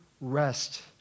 rest